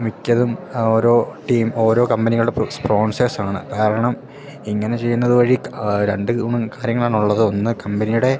മിക്കതും ആ ഓരോ ടീം ഓരോ കമ്പനികള് സ്പ്രോൺസേഴ്സാണ് കാരണം ഇങ്ങനെ ചെയ്യുന്നതു വഴി രണ്ടു ഗുണം കാര്യങ്ങളാണുള്ളത് ഒന്ന് കമ്പനിയുടെ